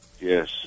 Yes